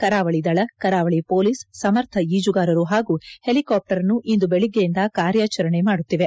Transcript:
ಕರಾವಳಿದಳ ಕರಾವಳಿ ಪೊಲೀಸ್ ಸಮರ್ಥ ಈಜುಗಾರರು ಹಾಗೂ ಹೆಲಿಕಾಫ್ಚರನ್ನು ಇಂದು ಬೆಳಿಗ್ಗೆಯಿಂದ ಕಾರ್ಯಾಚರಣೆ ಮಾಡುತ್ತಿದೆ